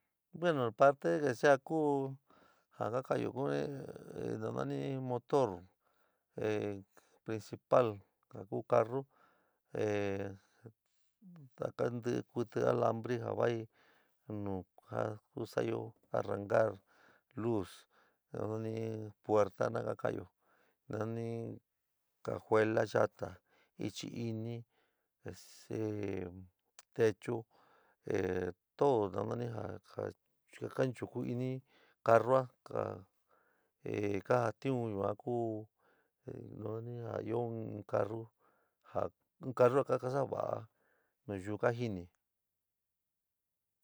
Bueno, parte que sea kuu ja kaayo kuu ja nani motor principal jo ku carro ee ja kuu todo ntele ja ku olambi ja voi nuu ka sa´ayo arrancar luz ja nani cajuela yoda, jahi inii, techu ee todo ja nani ja konchuku ini carroo ka ee kajotion yua ku ja na nani in carru ja kakasa va´a nayuu kajini.